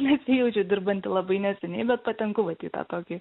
nesijaučiu dirbanti labai neseniai bet patenku vat į tą tokį